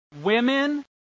women